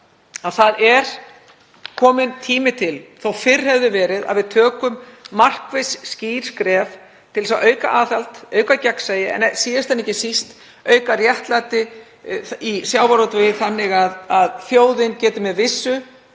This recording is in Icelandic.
það er kominn tími til, þótt fyrr hefði verið, að við tökum markviss og skýr skref til þess að auka aðhald, auka gegnsæi en síðast en ekki síst auka réttlæti í sjávarútvegi þannig að þjóðin geti með vissu